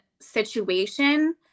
situation